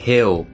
Hill